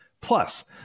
Plus